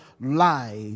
life